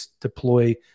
deploy